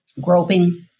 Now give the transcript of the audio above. groping